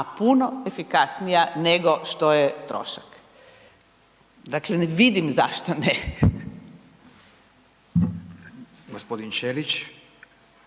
a puno efikasnija nego što je trošak. Dakle, ne vidim zašto ne.